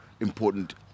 important